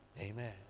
Amen